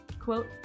quote